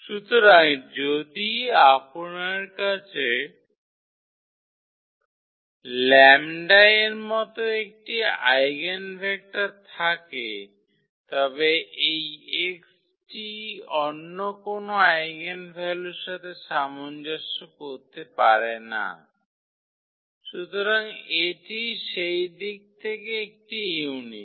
সুতরাং যদি আপনার কাছে λ এর মত একটি আইগেনভেক্টর থাকে তবে এই x টি অন্য কোনও আইগেনভ্যালুর সাথে সামঞ্জস্য করতে পারে না সুতরাং এটি সেই দিক থেকে একটি ইউনিক